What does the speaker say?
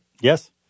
Yes